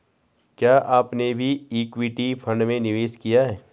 क्या आपने भी इक्विटी फ़ंड में निवेश किया है?